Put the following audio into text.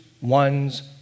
one's